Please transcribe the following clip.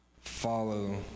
follow